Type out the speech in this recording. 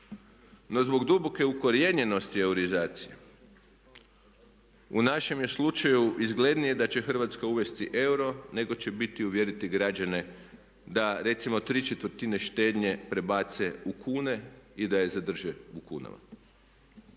No zbog duboke ukorijenjenosti euroizacije u našem je slučaju izglednije da će Hrvatska uvesti euro neko će biti uvjeriti građane da recimo tri četvrtine štednje prebace u kune i da je zadrže u kunama.